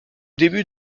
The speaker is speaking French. début